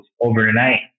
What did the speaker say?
overnight